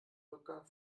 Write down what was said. rückgang